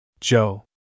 Joe